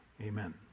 Amen